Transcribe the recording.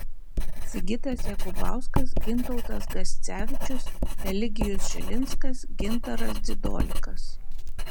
sigitas jakubauskas gintautas gascevičius eligijus žilinskas gintaras dzidolikas